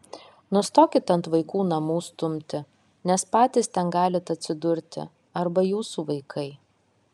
nustokit ant vaikų namų stumti nes patys ten galit atsidurti arba jūsų vaikai